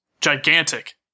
Gigantic